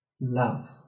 Love